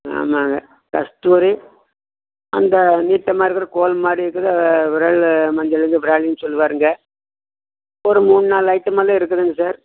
ஆமாங்க கஸ்தூரி அந்த நீட்டமாக இருக்கிற கோல் மாதிரி இருக்கிற விரலி மஞ்சள் வந்து விரலின்னு சொல்வாருங்க ஒரு மூணு நாலு ஐட்டமெல்லாம் இருக்குதுங்க சார்